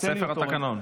ספר התקנון.